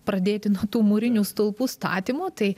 pradėti nuo tų mūrinių stulpų statymo tai